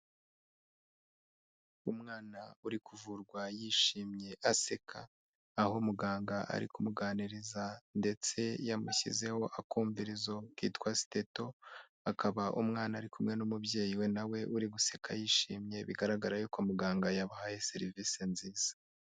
Umwana uri kuvurwa yishimye aseka, aho muganga ari kumuganiriza ndetse yamushyizeho akumvirizo kitwa siteto, akaba umwana ari kumwe n'umubyeyi we nawe uri guseka yishimye bigaragara yuko muganga yabahaye serivisi nziza.